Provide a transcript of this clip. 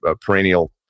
perennial